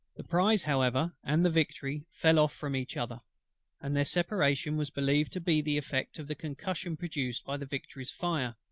the prize however, and the victory, fell off from each other and their separation was believed to be the effect of the concussion produced by the victory's fire,